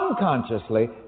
unconsciously